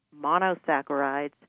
monosaccharides